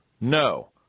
No